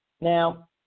Now